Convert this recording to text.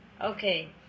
Okay